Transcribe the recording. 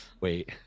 wait